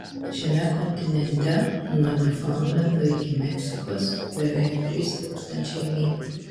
šiame kontinente nuo niūfaundlendo iki meksikos beveik trys tūkstančiai mylių